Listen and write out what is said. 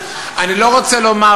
אני שמחה,